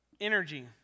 energy